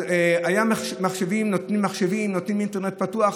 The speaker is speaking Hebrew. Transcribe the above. היום נותנים מחשבים, נותנים אינטרנט פתוח.